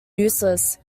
useless